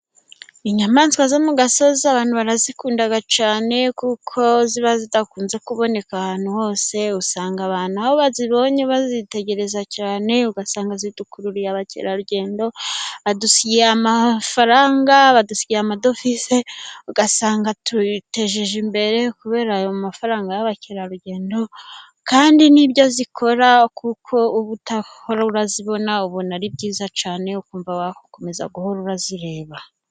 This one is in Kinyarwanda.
Inyamaswa zo mu gasozi abantu barazikunda cyane kuko ziba zidakunze kuboneka ahantu hose, usanga bazibonye bazitegereza cyane ugasanga zidukururiye abakerarugendo, badusigiye amafaranga badusi amadovize ugasanga twiteje imbere kubera ayo mafaranga y'abakerarugendo, kandwi nbyo zikora kuko uba udahora uzibona ubona ari byiza cyane ukumva wakomeza guhora uzireba.